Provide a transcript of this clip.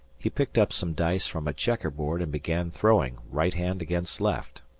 he picked up some dice from a checkerboard and began throwing, right hand against left.